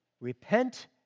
Repent